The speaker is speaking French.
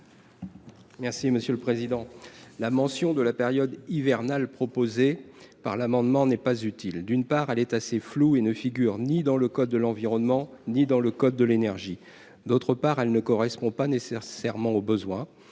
Merci monsieur le président, la mention de la période hivernale, proposé par l'amendement n'est pas utile d'une part, elle est assez flou et ne figure ni dans le code de l'environnement, ni dans le code de l'énergie, d'autre part, elle ne correspond pas nécessairement aux besoins